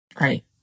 Right